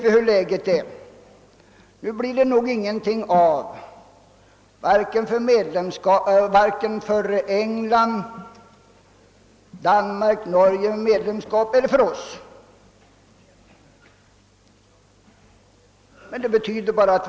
Vi vet emellertid vilket läget är nu. Varken England, Danmark, Norge eller Sverige torde nu bli medlemmar av EEC.